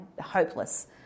hopeless